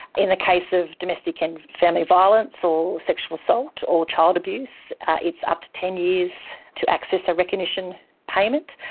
in the case of domestic and family violence violence or sexual assault or child abuse it's up to ten years to access a recognition payment.